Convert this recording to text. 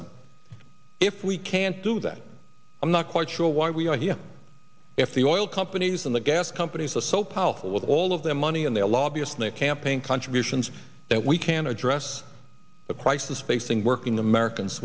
them if we can't do that i'm not quite sure why we argue if the oil companies and the gas companies are so powerful with all of their money and their lobbyist in a campaign contributions that we can address the crisis facing working americans